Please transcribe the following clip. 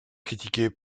critiqué